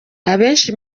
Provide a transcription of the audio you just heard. abenshi